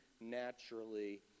naturally